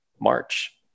March